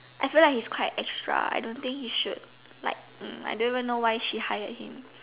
I feel like he's quite extra I don't think he should like I don't even know why she hired him